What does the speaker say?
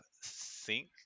Sync